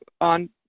on